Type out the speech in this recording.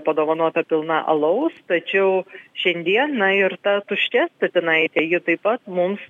padovanota pilna alaus tačiau šiandien na ir ta tuščia statinaitė ji taip pat mums